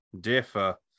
differ